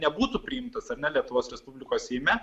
nebūtų priimtos ar ne lietuvos respublikos seime